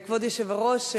כבוד היושב-ראש,